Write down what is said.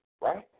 right